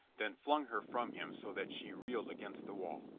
then flung her from him so that she reeled against the wall.